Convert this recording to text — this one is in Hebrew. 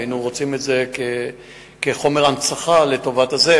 היינו רוצים את זה כחומר הנצחה לטובת העניין,